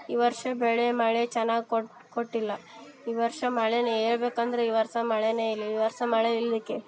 ಈ ವರ್ಷ ಬೆಳೆ ಮಳೆ ಚೆನ್ನಾಗಿ ಕೊಟ್ಟು ಕೊಟ್ಟಿಲ್ಲ ಈ ವರ್ಷ ಮಳೆನೇ ಹೇಳ್ಬೇಕಂದ್ರೆ ಈ ವರ್ಷ ಮಳೆನೇ ಇಲ್ಲ ಈ ವರ್ಷ ಮಳೆ ಇಲ್ಲಿಕ್ಕೆ